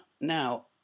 now